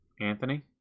Anthony